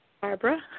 Barbara